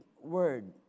word